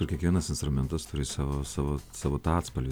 kiekvienas instrumentas turi savo savo savo tą atspalvį